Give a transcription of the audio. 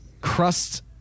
crust